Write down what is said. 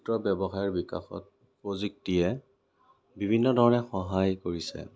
ক্ষুদ্ৰ ব্যৱসায়ৰ বিকাশত প্ৰযুক্তিয়ে বিভিন্ন ধৰণে সহায় কৰিছে